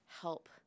help